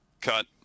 cut